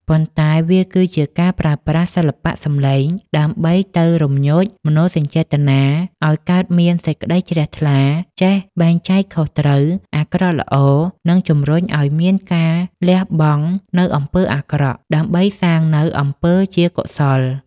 ប៉ុន្តែវាគឺជាការប្រើប្រាស់សិល្បៈសម្លេងដើម្បីទៅរំញោចមនោសញ្ចេតនាឱ្យកើតមានសេចក្តីជ្រះថ្លា ចេះបែងចែកខុសត្រូវ អាក្រក់ល្អ និងជំរុញឱ្យមានការលះបង់នូវអំពើអាក្រក់ដើម្បីសាងនូវអំពើជាកុសល។